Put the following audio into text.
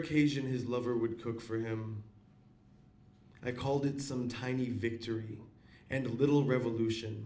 occasion his lover would cook for him i call that some tiny victory and a little revolution